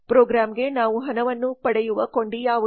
ಪ್ರೋಗ್ರಾಂಗೆ ನಾವು ಹಣವನ್ನು ಪಡೆಯುವ ಕೊಂಡಿ ಯಾವುದು